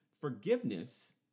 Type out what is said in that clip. Forgiveness